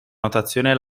notazione